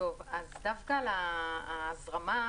בעניין ההזרמה,